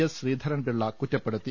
S Sreedharan Pillai കുറ്റപ്പെടുത്തി